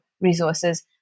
resources